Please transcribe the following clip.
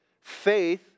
faith